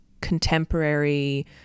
contemporary